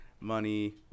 money